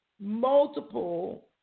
multiple